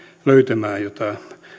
löytämään joita